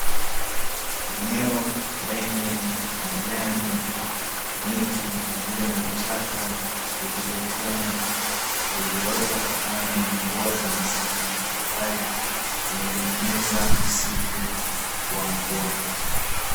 Eneo lenye majani, miti pamoja na vichaka vilivyoshona; vilivyoota kutokana na mvua za misimu mbalimbali, zimetengeneza msitu wa mvua.